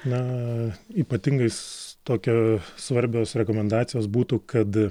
na ypatingais tokia svarbios rekomendacijos būtų kad